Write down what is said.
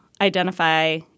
identify